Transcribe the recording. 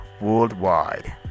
worldwide